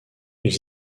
ils